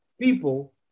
people